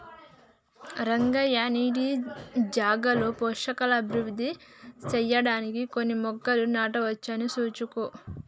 రంగయ్య నీటి జాగాలో పోషకాలు అభివృద్ధి సెయ్యడానికి కొన్ని మొక్కలను నాటవచ్చు సూసుకో